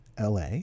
LA